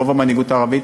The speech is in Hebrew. רוב המנהיגות הערבית.